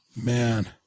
Man